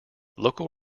local